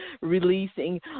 releasing